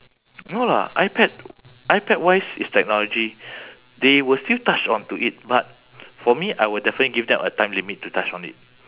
no lah ipad ipad-wise it's technology they will still touch onto it but for me I will definitely give them a time limit to touch on it